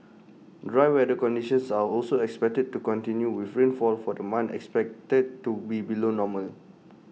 dry weather conditions are also expected to continue with rainfall for the month expected to be below normal